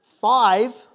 Five